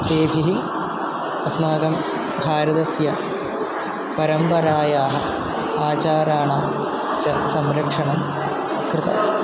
तेभिः अस्माकं भारतस्य परम्परायाः आचाराणां च संरक्षणं कृतं